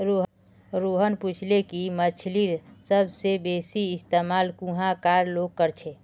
रोहन पूछले कि मछ्लीर सबसे बेसि इस्तमाल कुहाँ कार लोग कर छे